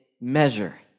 measure